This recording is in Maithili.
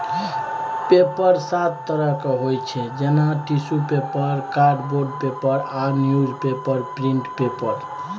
पेपर सात तरहक होइ छै जेना टिसु पेपर, कार्डबोर्ड पेपर आ न्युजपेपर प्रिंट पेपर